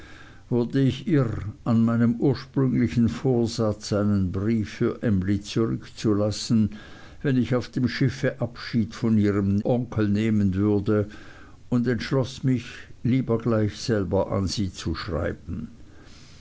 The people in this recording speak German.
wurde ich irr an meinem ursprünglichen vorsatz einen brief für emly zurückzulassen wenn ich auf dem schiffe abschied von ihrem onkel nehmen würde und entschloß mich lieber gleich an sie zu schreiben